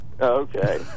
Okay